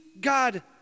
God